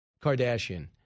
Kardashian